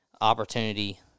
opportunity